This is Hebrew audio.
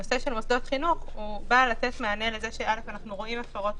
הנושא של מוסדות חינוך בא לתת מענה לכך שאנחנו רואים הפרות,